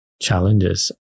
challenges